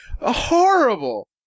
horrible